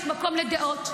יש מקום לדעות.